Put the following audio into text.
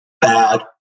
bad